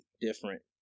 different